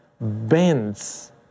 bends